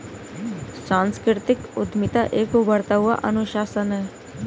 सांस्कृतिक उद्यमिता एक उभरता हुआ अनुशासन है